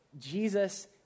Jesus